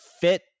fit